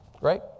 right